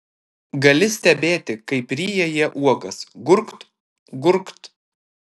gali stebėti kaip ryja jie uogas gurkt gurkt